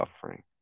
suffering